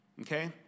Okay